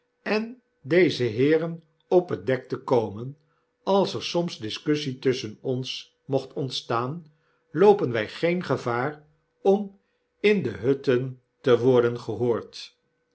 en deze heeren op het dek te komen als er soms discussie tusschen ons mocht ontstaan loopen wy geen gevaar om in de hutten te worden gehoord